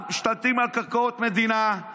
גם משתלטים על קרקעות מדינה,